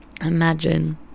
imagine